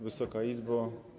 Wysoka Izbo!